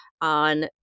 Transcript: on